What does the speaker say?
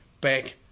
back